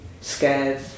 scared